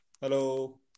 Hello